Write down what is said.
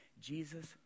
Jesus